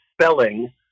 spelling